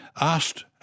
asked